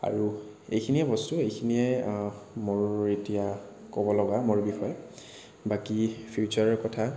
আৰু এইখিনিয়ে বস্তু এইখিনিয়ে মোৰ এতিয়া ক'ব লগা মোৰ বিষয়ে বাকী ফিউচাৰৰ কথা